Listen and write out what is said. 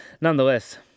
Nonetheless